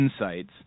insights